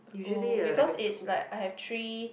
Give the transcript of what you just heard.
school because it's like I have three